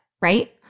Right